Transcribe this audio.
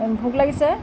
ভোক লাগিছে